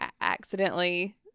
accidentally